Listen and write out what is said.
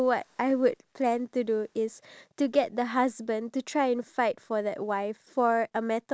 and then I would talk to them about their relationship and then I will separate them and then I will ask the guy